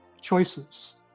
choices